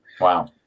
Wow